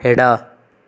ಎಡ